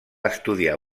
estudiar